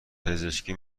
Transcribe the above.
پزشکی